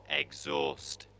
exhaust